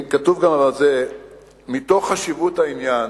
כתוב: מתוך חשיבות העניין,